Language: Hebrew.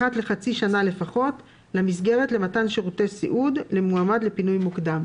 אחת לחצי שנה לפחות למסגרת למתן שירותי סיעוד למועמד לפינוי מוקדם."